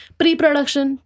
pre-production